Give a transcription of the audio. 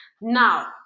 Now